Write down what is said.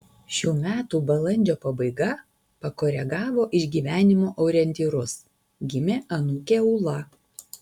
šių metų balandžio pabaiga pakoregavo išgyvenimų orientyrus gimė anūkė ūla